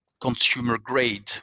consumer-grade